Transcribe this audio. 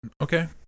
Okay